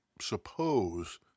suppose